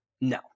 No